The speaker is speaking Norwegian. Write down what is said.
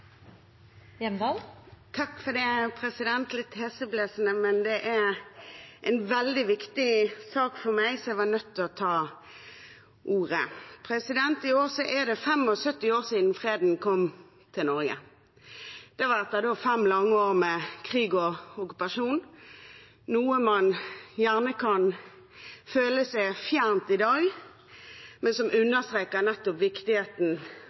en veldig viktig sak for meg, så jeg var nødt til å ta ordet. I år er det 75 år siden freden kom til Norge. Det var etter fem lange år med krig og okkupasjon, noe som gjerne kan føles fjernt i dag, men som understreker nettopp viktigheten